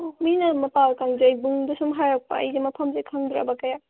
ꯑꯣ ꯃꯤꯅ ꯃꯄꯥꯜ ꯀꯥꯡꯖꯩꯕꯨꯡꯗ ꯁꯨꯝ ꯍꯥꯏꯔꯛꯄ ꯑꯩꯁꯦ ꯃꯐꯝꯁꯦ ꯈꯪꯗ꯭ꯔꯥꯕ ꯀꯌꯥ